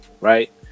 Right